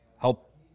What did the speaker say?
help